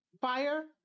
FIRE